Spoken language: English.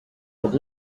would